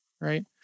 right